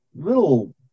little